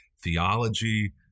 theology